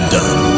done